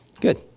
Good